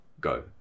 go